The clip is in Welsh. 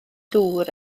dŵr